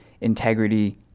integrity